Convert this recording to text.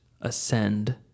ascend